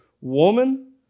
Woman